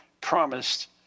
promised –